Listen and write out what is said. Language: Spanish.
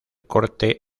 corte